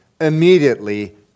immediately